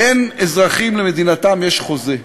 בין אזרחים למדינתם יש חוזה.